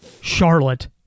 Charlotte